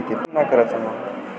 टमाट्याले बाजारभाव काय हाय?